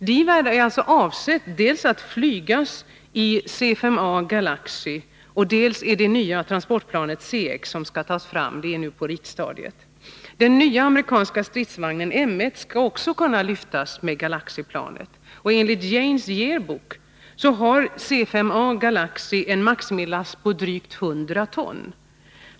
DIVAD är avsett att flygas dels i C-SA Galaxy, dels i det nya transportplanet C-X som skall tas fram — det är nu på ritstadiet. Den nya amerikanska stridsvagnen M-1 skall också kunna lyftas med Galaxyplanet. Enligt Jane's Yearbook har C-SA Galaxy en maximilast på drygt 100 ton.